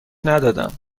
ندادم